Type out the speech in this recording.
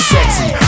Sexy